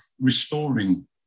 restoring